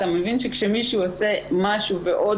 אתה מבין שכשמישהו עושה משהו ועוד